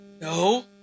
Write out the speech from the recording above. no